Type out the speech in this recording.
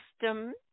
system